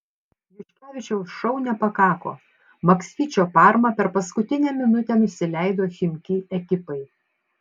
juškevičiaus šou nepakako maksvyčio parma per paskutinę minutę nusileido chimki ekipai